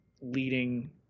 leading